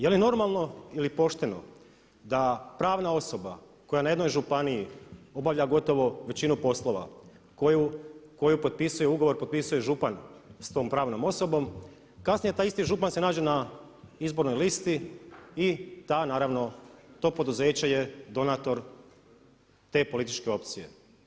Je li normalno ili pošteno da pravna osoba koja na jednoj županiji obavlja gotovo većinu poslova, koju potpisuje ugovor, potpisuje župan s tom pravnom osobom kasnije taj isti župan se nađe na izbornoj listi i ta naravno, to poduzeće je donator te političke opcije.